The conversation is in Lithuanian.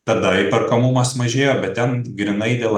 tada įperkamumas mažėjo bet ten grynai dėl